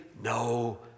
No